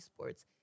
esports